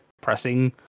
pressing